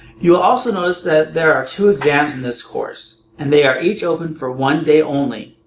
you will also notice that there are two exams in this course, and they are each open for one day only.